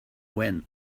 when